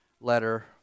letter